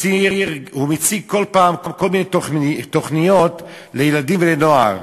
מציג כל פעם כל מיני תוכניות לילדים ולנוער,